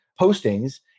postings